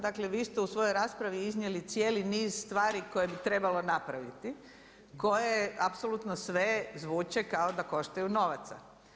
Dakle vi ste u svojoj raspravi iznijeli cijeli niz stvari koje bi trebalo napraviti koje apsolutno sve zvuče kao da koštaju novaca.